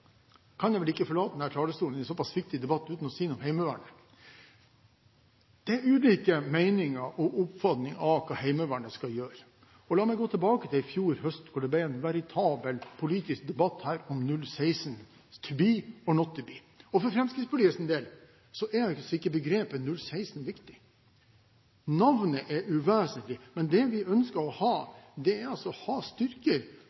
kan jeg vel ikke forlate denne talerstolen i en såpass viktig debatt uten å si noe om Heimevernet. Det er ulike meninger og oppfatninger av hva Heimevernet skal gjøre. La meg gå tilbake til i fjor høst da det ble en veritabel politisk debatt her om HV-016s «to be or not to be». For Fremskrittspartiets del er ikke begrepet «HV-016» viktig. Navnet er uvesentlig, men det vi ønsker å ha, er styrker